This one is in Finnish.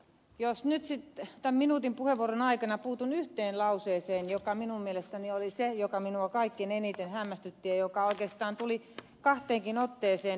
jos nyt tämän minuutin puheenvuoron aikana puutun yhteen lauseeseen joka minun mielestäni oli se joka minua kaikkein eniten hämmästytti ja joka oikeastaan tuli kahteenkin otteeseen ed